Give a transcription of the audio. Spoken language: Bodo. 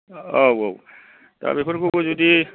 औ औ दा बेफोर खौबो जुदि